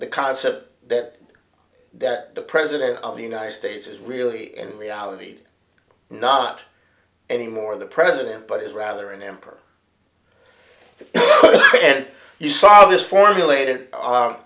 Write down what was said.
the concept that that the president of the united states is really in reality not any more the president but is rather an emperor and you saw this formulated